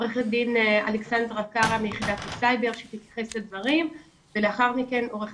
עורכת דין אלכסנדרה קרא מיחידת הסייבר שתתייחס לדברים ולאחר מכן עורך